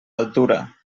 altura